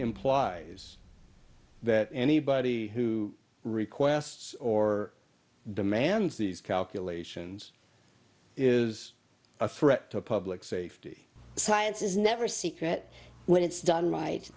implies that anybody who requests or demands these calculations is a threat to public safety science is never secret when it's done